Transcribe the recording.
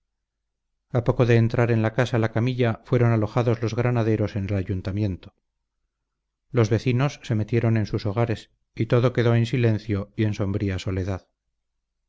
poco de entrar en la casa la camilla fueron alojados los granaderos en el ayuntamiento los vecinos se metieron en sus hogares y todo quedó en silencio y en sombría soledad